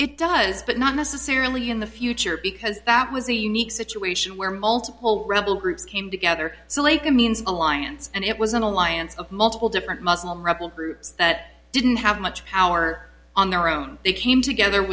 it does but not necessarily in the future because that was a unique situation where multiple rebel groups came together so like a means alliance and it was an alliance of multiple different muslim rebel groups that didn't have much power on their own they came together